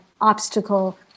obstacle